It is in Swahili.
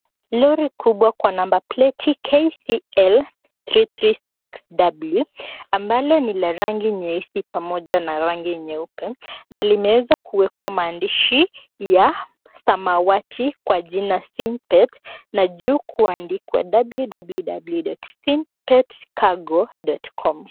Lori kubwa kwa namba pleti KCL 336W ambalo ni la rangi nyeusi pamoja na rangi nyeupe na limewezwa kuwekwa maandishi ya samawati kwa jina Simpet na juu kuandikwa www.simpet cargo.com.